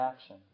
action